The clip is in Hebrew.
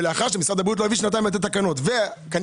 ואחרי ששנתיים לא הביא את התקנות וכנראה